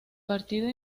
partido